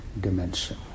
dimension